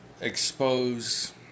expose